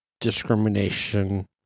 discrimination